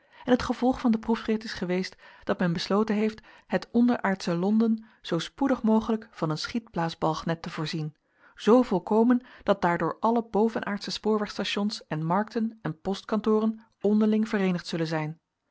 en het gevolg van den proefrit is geweest dat men besloten heeft het onderaardsche londen zoo spoedig mogelijk van een schietblaasbalg net te voorzien zoo volkomen dat daardoor alle bovenaardsche spoorwegstations en markten en postkantoren onderling vereenigd zullen zijn